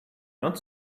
not